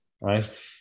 right